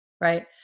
Right